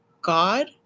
God